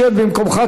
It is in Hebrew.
שב במקומך,